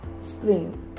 Spring